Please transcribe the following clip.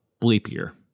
bleepier